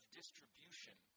distribution